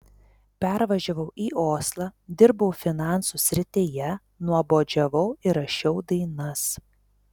pervažiavau į oslą dirbau finansų srityje nuobodžiavau ir rašiau dainas